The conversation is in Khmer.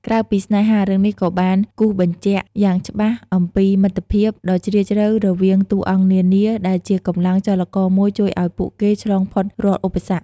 ក្រៅពីស្នេហា រឿងនេះក៏បានគូសបញ្ជាក់យ៉ាងច្បាស់អំពី មិត្តភាព ដ៏ជ្រាលជ្រៅរវាងតួអង្គនានា ដែលជាកម្លាំងចលករមួយជួយឱ្យពួកគេឆ្លងផុតរាល់ឧបសគ្គ។